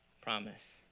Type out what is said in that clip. promise